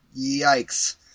Yikes